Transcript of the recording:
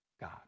God